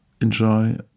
enjoy